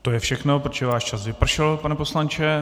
To je všechno, protože váš čas vypršel, pane poslanče.